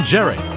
Jerry